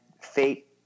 fate